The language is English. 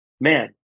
man